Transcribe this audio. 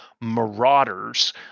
Marauders